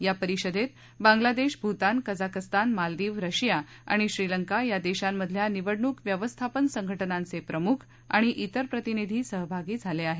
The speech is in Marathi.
या परिषदेत बांग्लादेश भूतान कझाकस्तान मालदिव रशिया आणि श्रीलंका या देशामधल्या निवडणुक व्यवस्थापन संघटनांचे प्रमुख आणि वेर प्रतिनिधीही सहभागी झाले आहेत